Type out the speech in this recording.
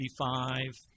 55